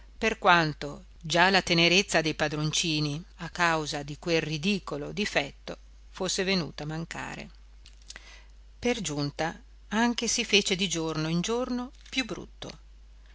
per quanto già la tenerezza dei padroncini a causa di quel ridicolo difetto fosse venuta a mancare per giunta anche si fece di giorno in giorno più brutto